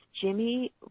Jimmy